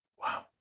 Wow